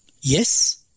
Yes